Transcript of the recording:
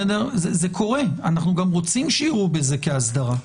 זה קורה, ואנחנו גם רוצים שיראו בזה כאסדרה.